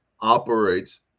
operates